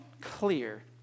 clear